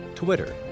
Twitter